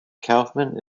kaufman